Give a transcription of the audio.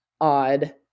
odd